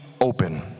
open